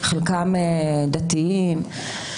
חלקם דתיים.